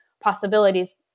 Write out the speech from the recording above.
possibilities